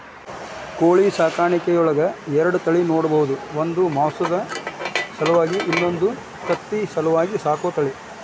ಕೋಳಿ ಸಾಕಾಣಿಕೆಯೊಳಗ ಎರಡ ತಳಿ ನೋಡ್ಬಹುದು ಒಂದು ಮಾಂಸದ ಸಲುವಾಗಿ ಇನ್ನೊಂದು ತತ್ತಿ ಸಲುವಾಗಿ ಸಾಕೋ ತಳಿ